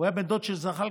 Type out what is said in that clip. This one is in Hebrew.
הוא היה בן דוד של זחאלקה,